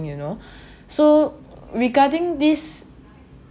you know so regarding this